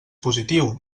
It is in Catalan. positiu